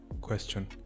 question